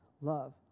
love